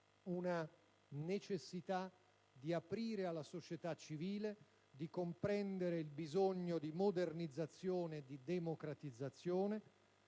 la necessità di aprire alla società civile e di comprendere il bisogno di modernizzazione e di democratizzazione,